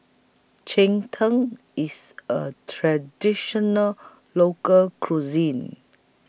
Cheng Tng IS A Traditional Local Cuisine